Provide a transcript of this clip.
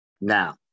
Now